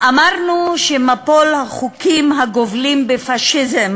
אמרנו שמבול החוקים הגובלים בפאשיזם